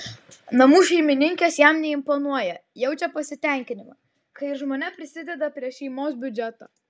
namų šeimininkės jam neimponuoja jaučia pasitenkinimą kai ir žmona prisideda prie šeimos biudžeto